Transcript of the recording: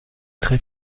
très